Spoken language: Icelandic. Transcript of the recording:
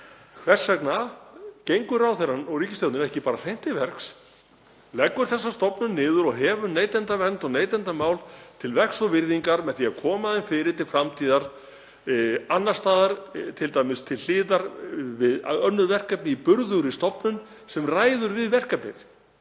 Hvers vegna gengur ráðherrann og ríkisstjórnin ekki bara hreint til verks, leggur þessa stofnun niður og hefur neytendavernd og neytendamál til vegs og virðingar með því að koma þeim fyrir til framtíðar annars staðar, t.d. til hliðar við önnur verkefni í burðugri stofnun sem ræður við verkefnið?